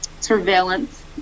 surveillance